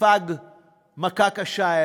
שספג מכה קשה,